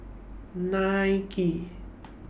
Nike